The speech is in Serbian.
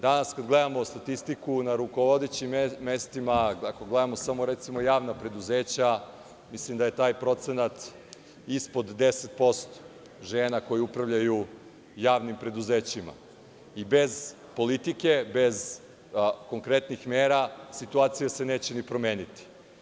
Danas kada gledamo statistiku, na rukovodećim mestima, ako gledamo samo javna preduzeća, mislim da je taj procenat ispod 10% žena koje upravljaju javnim preduzećima i bez politike, bez konkretnih mera, situacija se neće ni promeniti.